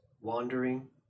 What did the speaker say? wandering